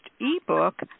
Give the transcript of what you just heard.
e-book